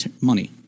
money